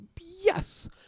Yes